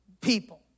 people